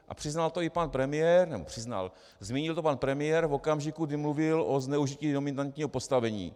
A přiznal to i pan premiér, nebo přiznal, zmínil to pan premiér v okamžiku, kdy mluvil o zneužití dominantního postavení.